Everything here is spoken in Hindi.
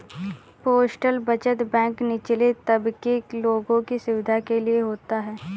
पोस्टल बचत बैंक निचले तबके के लोगों की सुविधा के लिए होता है